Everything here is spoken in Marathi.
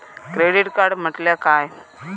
क्रेडिट कार्ड म्हटल्या काय?